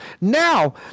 Now